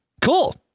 cool